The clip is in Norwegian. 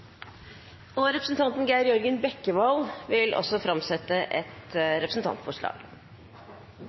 Representanten Geir Jørgen Bekkevold vil framsette et representantforslag.